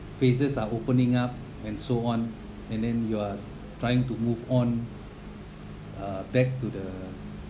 phases are opening up and so on and then you are trying to move on uh back to the